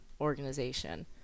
organization